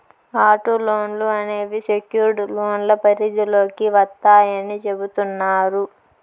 auto లోన్లు అనేవి secured లోన్ల పరిధిలోకి వత్తాయని చెబుతున్నారు